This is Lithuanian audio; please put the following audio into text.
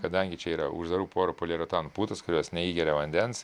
kadangi čia yra uždarų porų poliuretano putas kurios neįgeria vandens